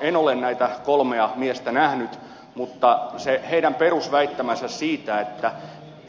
en ole näitä kolmea miestä nähnyt mutta heidän perusväittämänsä siitä että